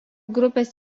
grupės